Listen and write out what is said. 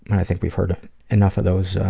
i think we've heard enough of those